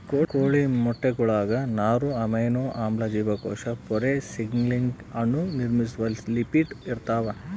ಕೋಳಿ ಮೊಟ್ಟೆಗುಳಾಗ ನಾರು ಅಮೈನೋ ಆಮ್ಲ ಜೀವಕೋಶ ಪೊರೆ ಸಿಗ್ನಲಿಂಗ್ ಅಣು ನಿರ್ಮಿಸುವ ಲಿಪಿಡ್ ಇರ್ತಾವ